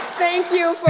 thank you for